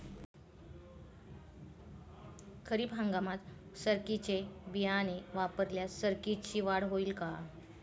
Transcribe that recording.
खरीप हंगामात सरकीचे बियाणे वापरल्यास सरकीची वाढ होईल का?